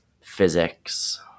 physics